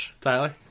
Tyler